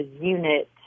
unit